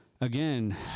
again